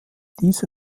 diese